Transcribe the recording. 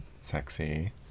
sexy